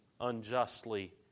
unjustly